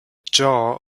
jaw